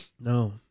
No